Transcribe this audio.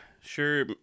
sure